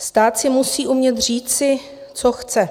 Stát si musí umět říci, co chce.